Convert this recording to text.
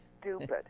stupid